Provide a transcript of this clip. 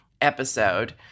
episode